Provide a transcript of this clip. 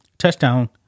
Touchdown